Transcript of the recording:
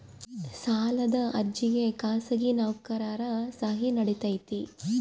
ಸಾಲದ ಅರ್ಜಿಗೆ ಖಾಸಗಿ ನೌಕರರ ಸಹಿ ನಡಿತೈತಿ?